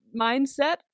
mindset